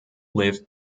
lived